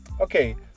Okay